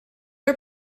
are